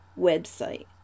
website